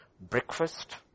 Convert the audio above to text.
Breakfast